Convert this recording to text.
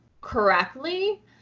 correctly